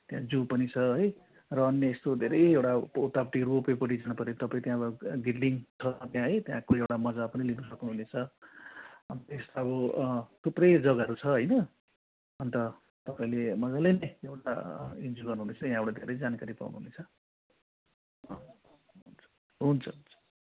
त्यहाँ जू पनि छ है र अन्य यस्तो धेरै एउटा अब उतापट्टि रोपवेपट्टि जानु पर्यो तपाईँ त्यहाँबाट घिर्लिङ छ त्यहाँ है त्यहाँको एउटा मजा पनि लिनु सक्नु हुनेछ अन्त यस्तो अब थुप्रै जगाहरू छ होइन अन्त तपाईँले मजाले नै एउटा इन्जोय गर्नु हुनेछ यहाँबाट धेरै जानकारी पाउनु हुनेछ हुन्छ हुन्छ हुन्छ